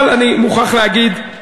אבל אני מוכרח להגיד,